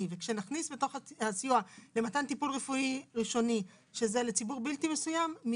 וכשנכניס לתוכו סיוע במתן טיפול רפואי ראשוני לציבור בלתי מסוים,